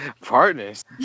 Partners